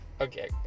Okay